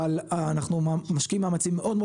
אבל אנחנו משקיעים מאמצים מאוד מאוד